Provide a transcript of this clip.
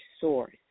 source